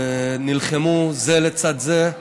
נלחמו זה לצד זה.